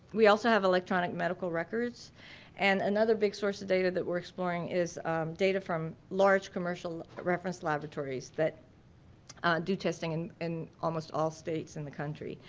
we also have electronic medical records and another big source of data that we're exploring is data from large commercial reference laboratories that do testing and in almost all states in the country.